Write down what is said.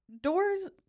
doors